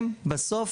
לגופם של דברים, בסוף